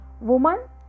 Woman